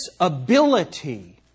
ability